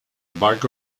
bug